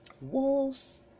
walls